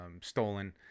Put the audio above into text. stolen